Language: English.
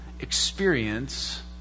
experience